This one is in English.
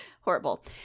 Horrible